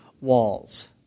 walls